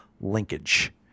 linkage